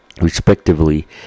respectively